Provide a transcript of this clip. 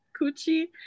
coochie